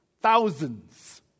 thousands